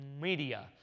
Media